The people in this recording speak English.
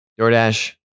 DoorDash